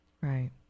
Right